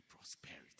prosperity